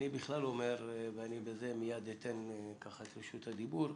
אני בכלל אומר, ואני מייד אתן את רשות הדיבור.